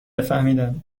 فهمیدم